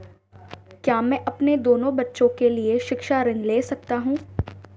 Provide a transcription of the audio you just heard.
क्या मैं अपने दोनों बच्चों के लिए शिक्षा ऋण ले सकता हूँ?